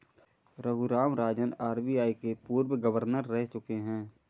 Raghuram Rajan RBI के पूर्व governor रह चुके हैं